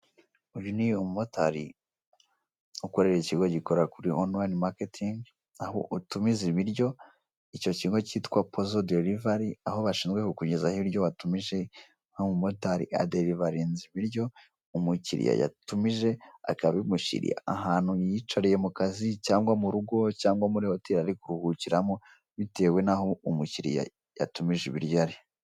Uyu ni umu motari ukorera ikigo gikorera kuri onurayini maketingi(online marketing) ,aho utumiza ibiryo icyo kigo kitwa pozo derivari (poz delivery),aho bashobora ku kugezaho ibiryo watumije .Uyu mu motari aderivarinze cyangwa atwaye ibiryo umukiriya yatumije akaba abimushyiriye ahantu yi yicariye mukazi cyangwa mu rugo cyangwa muri Hoteli ahantu ari kuruhukiramo bitewe naho umukiriya yatumije ibiryo ari .